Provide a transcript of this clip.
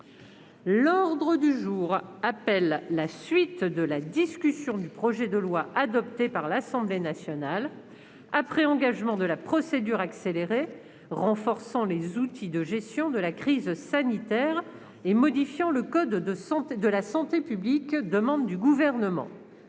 L'ordre du jour appelle la suite de la discussion du projet de loi, adopté par l'Assemblée nationale après engagement de la procédure accélérée, renforçant les outils de gestion de la crise sanitaire et modifiant le code de la santé publique (projet n° 327, texte